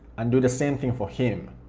and do the same thing for him.